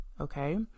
Okay